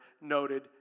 noted